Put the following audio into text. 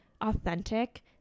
authentic